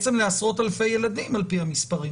לעשרות אלפי ילדים על פי המספרים